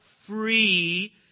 free